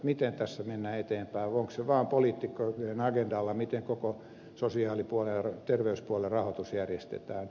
miten tässä mennään eteenpäin onko se vaan poliitikoiden agendalla miten koko sosiaalipuolen ja terveyspuolen rahoitus järjestetään